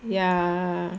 ya